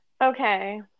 okay